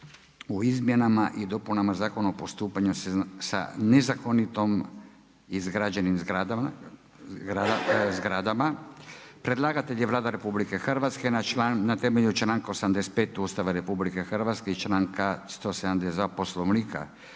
o izmjenama i dopunama Zakona o postupanju sa nezakonitom izgrađenim zgradama Predlagatelj je Vlada RH. Na temelju članka 85. Ustava RH i članka 172. Poslovnika